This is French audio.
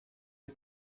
est